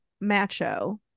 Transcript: macho